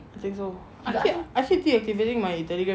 think so I keep I keep deactivating my Telegram